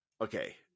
Okay